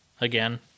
again